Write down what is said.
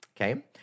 Okay